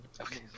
Okay